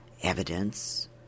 Evidence